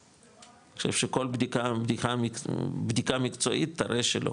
אני חושב שכל בדיקה מקצועית תראה שלא,